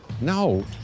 No